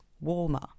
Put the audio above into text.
warmer